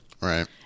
right